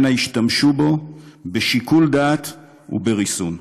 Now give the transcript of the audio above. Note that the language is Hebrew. אנא, השתמשו בו בשיקול דעת ובריסון.